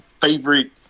favorite